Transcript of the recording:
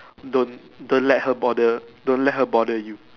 don't don't let her bother don't let her bother you